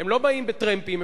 הם לא באים בטרמפים,